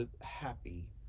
happy